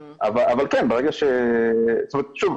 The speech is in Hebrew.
שוב,